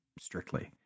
strictly